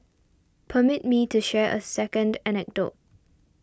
permit me to share a second anecdote